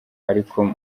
ariko